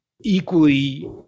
Equally